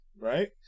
Right